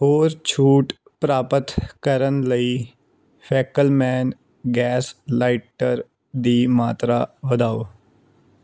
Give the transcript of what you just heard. ਹੋਰ ਛੋਟ ਪ੍ਰਾਪਤ ਕਰਨ ਲਈ ਫੈਕਲਮੈਨ ਗੈਸ ਲਾਈਟਰ ਦੀ ਮਾਤਰਾ ਵਧਾਓ